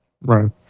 Right